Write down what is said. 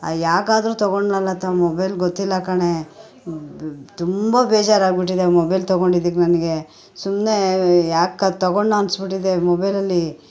ಯಾಕಾದರೂ ತಗೊಂಡ್ನೋ ಲತಾ ಮೊಬೈಲ್ ಗೊತ್ತಿಲ್ಲ ಕಣೇ ತುಂಬ ಬೇಜಾರಾಗಿಬಿಟ್ಟಿದೆ ಮೊಬೈಲ್ ತಗೊಂಡಿದಕ್ಕೆ ನನಗೆ ಸುಮ್ಮನೆ ಯಾಕೆ ತಗೊಂಡ್ನೋ ಅನಿಸ್ಬಿಟ್ಟಿದೆ ಮೊಬೈಲಲ್ಲಿ